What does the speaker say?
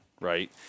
right